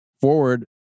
forward